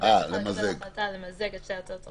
הוועדה צריכה להצביע על מיזוג שתי הצעות החוק.